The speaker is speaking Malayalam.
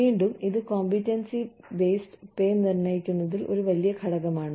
വീണ്ടും ഇത് കോമ്പീറ്റൻസി ബേസ്ഡ് പേ നിർണ്ണയിക്കുന്നതിൽ ഒരു വലിയ ഘടകമാണ്